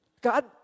God